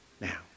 now